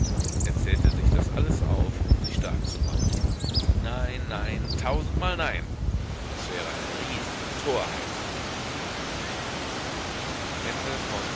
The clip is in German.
zählte sich das alles auf um sich stark zu machen nein nein tausendmal nein es wäre eine